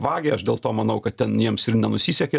vagia aš dėl to manau kad ten jiems ir nenusisekė